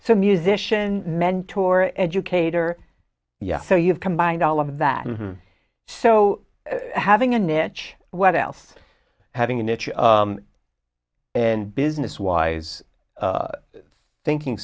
so musician mentor educator yeah so you have combined all of that so having a niche what else having a niche and business wise thinking